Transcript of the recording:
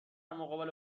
مقابل